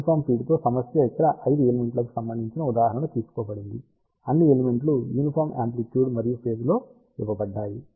uniform ఫీడ్తో సమస్య ఇక్కడ 5 ఎలిమెంట్ లకు సంబంధించిన ఉదాహరణ తీసుకోబడింది అన్ని ఎలిమెంట్లు యూనిఫాం యామ్ప్లిట్యుడ్ మరియు ఫేజ్తో ఇవ్వబడ్డాయి